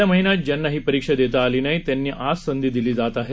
गेल्या महिन्यात ज्यांना ही परीक्षा देता आली नाही त्यांना आज संधी दिली जात आहे